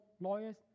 lawyers